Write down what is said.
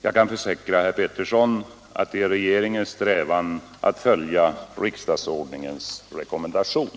Jag kan försäkra herr Pettersson att det är regeringens strävan att följa riksdagsordningens rekommendation.